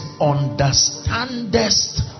understandest